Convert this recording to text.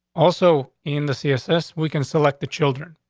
also in the css, we can select the children.